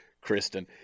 Kristen